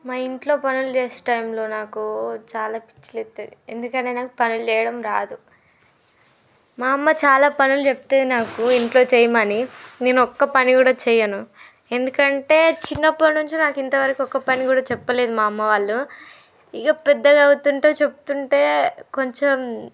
మా ఇంట్లో పనులు చేసి టైంలో నాకు చాలా పిచ్చి లేస్తుంది ఎందుకంటే నాకు పనులు చేయడం రాదు మా అమ్మ చాలా పనులు చెప్తుంది నాకు ఇంట్లో చేయమని నేను ఒక్క పని కూడా చేయను ఎందుకంటే చిన్నప్పటి నుంచి నాకు ఇంతవరకు ఒక్క పని కూడా చెప్పలేదు మా అమ్మ వాళ్ళు ఇక పెద్దగా అవుతుంటే చెబుతుంటే కొంచెం